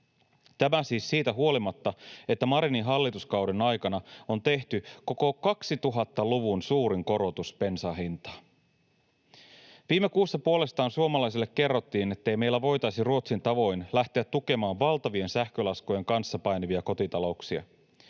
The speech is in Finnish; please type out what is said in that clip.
Tämä siis siitä huolimatta, että Marinin hallituskauden aikana on tehty koko 2000-luvun suurin korotus bensan hintaan. Viime kuussa puolestaan suomalaisille kerrottiin, ettei meillä voitaisi Ruotsin tavoin lähteä tukemaan valtavien sähkölaskujen kanssa painivia kotitalouksia.